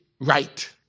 right